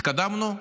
התקדמנו?